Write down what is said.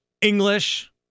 English